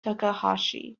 takahashi